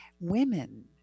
women